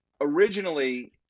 Originally